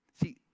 See